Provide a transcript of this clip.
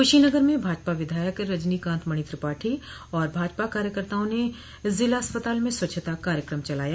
कुशीनगर में भाजपा विधायक रजनी कांत मणि त्रिपाठी और भाजपा कार्यकर्ताओं ने ज़िला अस्पताल में स्वच्छता कार्यकम चलाया